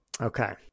Okay